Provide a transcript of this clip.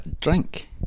drink